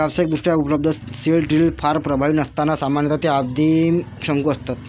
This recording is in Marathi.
व्यावसायिकदृष्ट्या उपलब्ध सीड ड्रिल फार प्रभावी नसतात सामान्यतः हे आदिम शंकू असतात